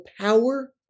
power